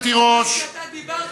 פרויקט "עתידים"